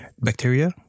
bacteria